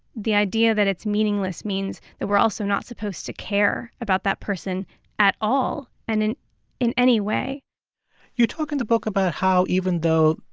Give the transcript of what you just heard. the idea that it's meaningless means that we're also not supposed to care about that person at all and in in any way you talk in the book about how even though,